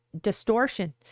distortion